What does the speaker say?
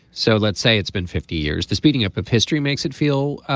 so let's say it's been fifty years the speeding up of history makes it feel